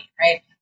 right